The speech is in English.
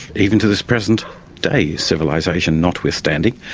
even to this present day, civilisation notwithstanding,